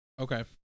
Okay